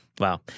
Wow